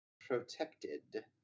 protected